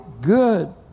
Good